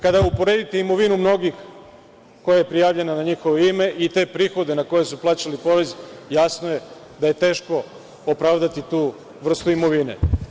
Kada uporedite imovinu mnogih, koja je prijavljena na njihovo ime, i te prihode na koje su plaćali porez, jasno je da je teško opravdati tu vrstu imovine.